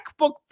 MacBook